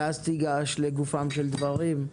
ואז תיגש לגופם של דברים.